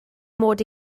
mod